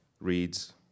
reads